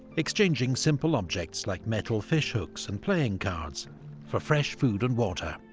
exchanging simple objects like metal fish hooks and playing cards for fresh food and water.